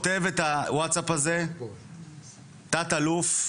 כותב את הווצאפ הזה תת אלוף,